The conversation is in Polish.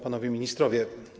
Panowie Ministrowie!